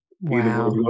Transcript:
Wow